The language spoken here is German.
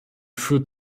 führt